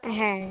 হ্যাঁ